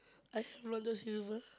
uh Long-John-Silver